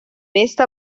esta